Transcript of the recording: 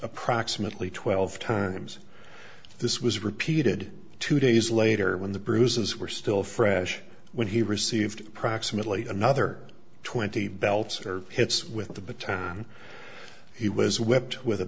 approximately twelve times this was repeated two days later when the bruises were still fresh when he received approximately another twenty belts or hits with a baton he was w